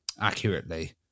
accurately